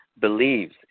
believes